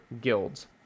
guilds